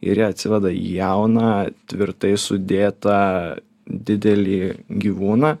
ir jie atsiveda jauną tvirtai sudėtą didelį gyvūną